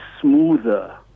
smoother